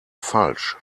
falsch